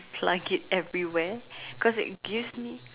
plug it everywhere because it gives me